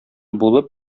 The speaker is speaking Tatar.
булып